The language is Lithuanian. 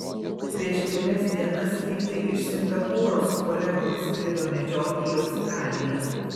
prieš kelias dienas lyg tai iš singapūro su kolegom skrido medžiot į australiją